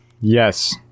Yes